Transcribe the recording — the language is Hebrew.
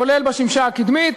כולל בשמשה הקדמית.